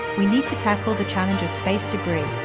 we need to tackle the challenge of space debris.